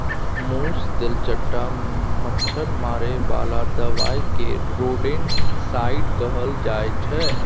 मुस, तेलचट्टा, मच्छर मारे बला दबाइ केँ रोडेन्टिसाइड कहल जाइ छै